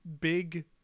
big